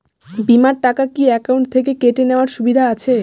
বিমার টাকা কি অ্যাকাউন্ট থেকে কেটে নেওয়ার সুবিধা আছে?